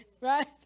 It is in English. right